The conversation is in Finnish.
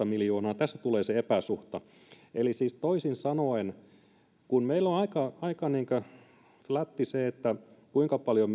miljoonaa tässä tulee se epäsuhta eli siis toisin sanoen kun meillä on aika aika niin kuin flätti se kuinka paljon